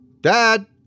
Dad